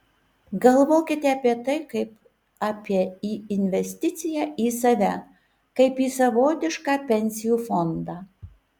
galvokite apie tai kaip apie į investiciją į save kaip į savotišką pensijų fondą